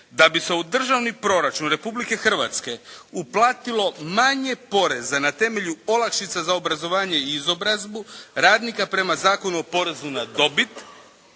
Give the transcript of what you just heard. da bi se u državni proračun Republike Hrvatske uplatilo manje poreza na temelju olakšica za obrazovanje i izobrazbu radnika prema Zakonu o porezu na dobit